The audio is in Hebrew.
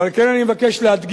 ועל כן אני מבקש להדגיש,